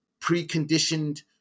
preconditioned